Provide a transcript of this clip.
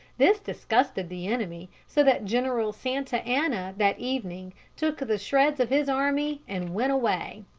this disgusted the enemy so that general santa anna that evening took the shreds of his army and went away.